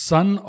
Son